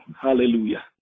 Hallelujah